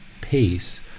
pace